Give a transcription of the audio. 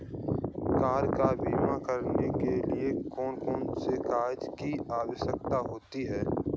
Car का बीमा करने के लिए कौन कौन से कागजात की आवश्यकता होती है?